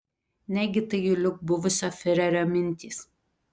negi tai juliuk buvusio fiurerio mintys